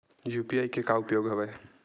UPI के का उपयोग हवय?